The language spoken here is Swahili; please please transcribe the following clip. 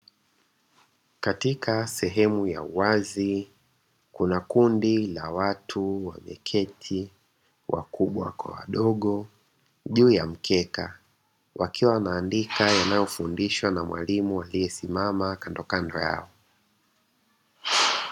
Katika sehemu ya uwazi kuna kundi la watu wameketi wakubwa kwa wadogo juu ya mkeka wakiwa wanaandika yanayofundishwa na mwalimu aliyesimama kandokando yao.